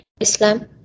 Islam